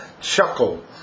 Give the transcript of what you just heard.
chuckle